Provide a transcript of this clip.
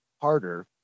harder